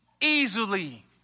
Easily